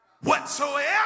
Whatsoever